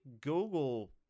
Google